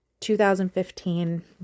2015